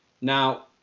Now